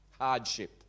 hardship